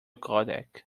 codec